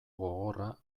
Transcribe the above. gogorra